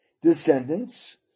descendants